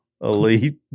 elite